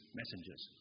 messengers